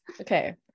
Okay